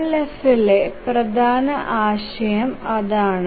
MLFലെ പ്രധാന ആശയം അതാണ്